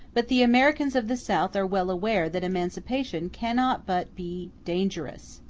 but the americans of the south are well aware that emancipation cannot but be dangerous,